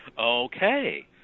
Okay